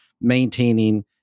maintaining